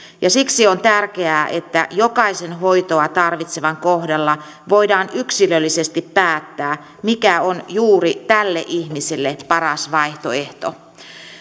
ja siksi on tärkeää että jokaisen hoitoa tarvitsevan kohdalla voidaan yksilöllisesti päättää mikä on juuri tälle ihmiselle paras vaihtoehto